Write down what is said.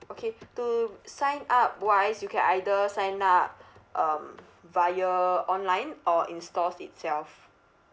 okay to sign up wise you can either sign up um via online or in stores itself